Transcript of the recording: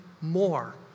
more